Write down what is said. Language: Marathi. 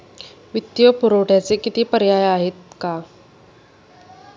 वित्तीय पुरवठ्याचे किती पर्याय आहेत का?